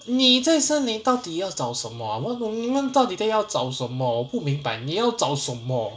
你在森林到底要找什么 ah 你们到底在要找什么我不明白你要找什么